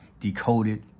decoded